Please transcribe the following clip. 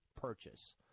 purchase